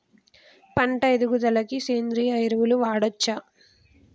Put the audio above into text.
పంట ఎదుగుదలకి సేంద్రీయ ఎరువులు వాడచ్చా?